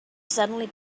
suddenly